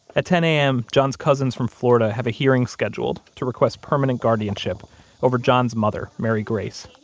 at ten a m, john's cousins from florida have a hearing scheduled to request permanent guardianship over john's mother, mary grace,